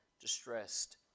distressed